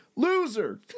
Loser